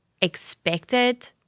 expected